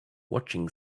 watching